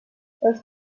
els